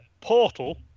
Portal